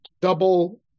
double